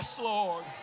Lord